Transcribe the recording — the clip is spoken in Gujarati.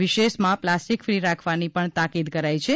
વિશેષમાં પ્લાસ્ટીક ફ્રી રાખવાની પણ તાકીદ કરાઇ છે